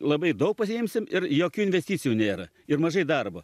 labai daug pasiimsim ir jokių investicijų nėra ir mažai darbo